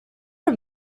are